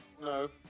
no